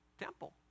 temple